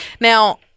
now